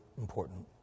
important